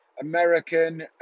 American